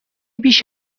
بیش